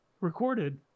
recorded